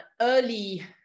early